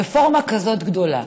רפורמה כזאת גדולה,